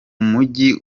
mujyi